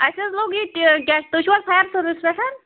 اَسہِ حظ لوٚگ ییٚتہِ کیٛاہ تُہۍ چھُو حظ فایَر سٔروِس پٮ۪ٹھ